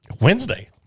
Wednesday